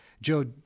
Joe